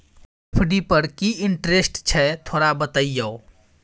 FD पर की interest छय थोरा बतईयो?